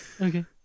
Okay